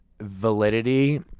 validity